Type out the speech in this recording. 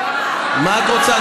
מה את רוצה?